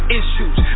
issues